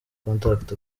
contact